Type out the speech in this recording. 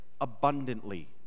abundantly